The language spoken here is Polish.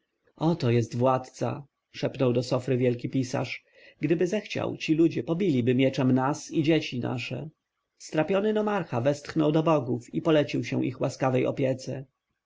oto jest władca szepnął do sofry wielki pisarz gdyby zechciał ci ludzie pobiliby mieczem nas i dzieci nasze strapiony nomarcha westchnął do bogów i polecił się ich łaskawej opiece